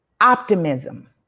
optimism